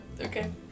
Okay